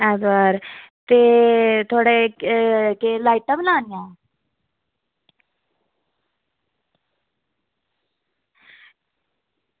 ऐतवार अच्छा केह् थुआढ़े लाईटां बी लानियां